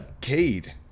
Cade